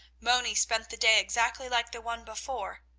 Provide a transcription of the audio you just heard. moni spent the day exactly like the one before.